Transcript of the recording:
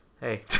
hey